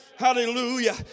hallelujah